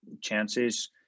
chances